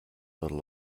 little